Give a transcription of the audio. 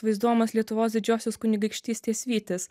vaizduojamas lietuvos didžiosios kunigaikštystės vytis